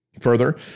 Further